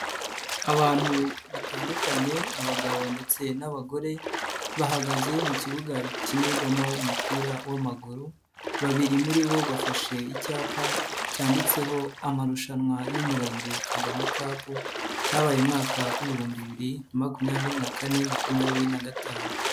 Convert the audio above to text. Abantu batandukanye abagabo ndetse n'abagore, bahagaze mu kibuga gikinirwamo umupira w'amaguru, babiri muri bo bafashe icyapa cyanditseho amarushanwa y'Umurenge Kagame Cup cyabaye umwaka w'ibihumbi bibiri na makumyabiri na kane, makumyabiri na gatanu.